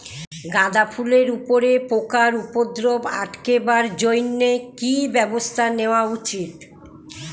গাঁদা ফুলের উপরে পোকার উপদ্রব আটকেবার জইন্যে কি ব্যবস্থা নেওয়া উচিৎ?